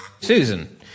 Susan